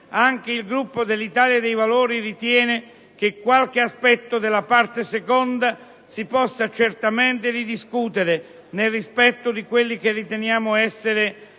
anche il Gruppo dell'Italia dei Valori ritiene che qualche aspetto della Parte II si possa certamente discutere e rivedere, nel rispetto di quelli che riteniamo essere